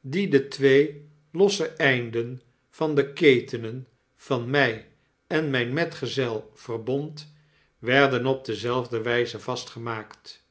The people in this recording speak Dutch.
die de twee losse einden van de ketenen van mg en mjn metgezel verbond werd op dezelfde wpe vastgemaakt